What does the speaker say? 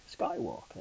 Skywalker